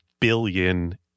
billion